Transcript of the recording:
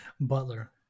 Butler